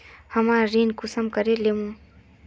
हमरा ऋण कुंसम करे लेमु?